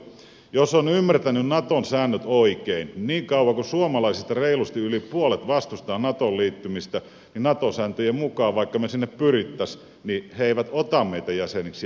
jos olen ymmärtänyt naton säännöt oikein niin kauan kuin suomalaisista reilusti yli puolet vastustaa natoon liittymistä niin nato sääntöjen mukaan vaikka me sinne pyrkisimme he eivät ota meitä jäseniksi